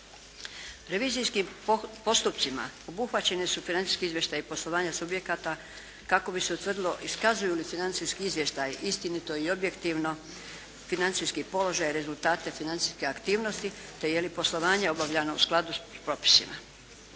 Revizijskim postupcima obuhvaćeni su financijski izvještaji poslovanja subjekata kako bi se utvrdilo iskazuju li financijski izvještaji istinito i objektivno financijski položaj i rezultate financijske aktivnosti te je li poslovanje obavljeno u skladu s propisima.